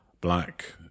black